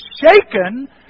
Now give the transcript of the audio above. shaken